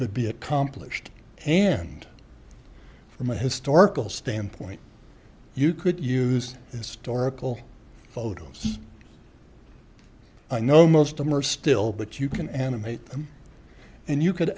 could be accomplished and from a historical standpoint you could use historical photos i know most them are still but you can animate them and you could